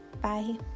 Bye